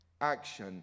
action